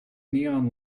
neon